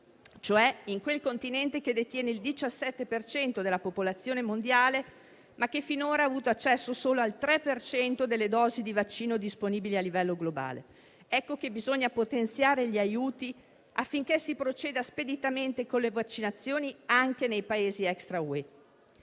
cioè in quel continente che detiene il 17 per cento della popolazione mondiale, ma che finora ha avuto accesso solo al 3 per cento delle dosi di vaccino disponibili a livello globale. Ecco che bisogna potenziare gli aiuti affinché si proceda speditamente con le vaccinazioni anche nei Paesi extra UE.